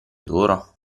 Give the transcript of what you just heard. d’oro